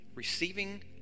Receiving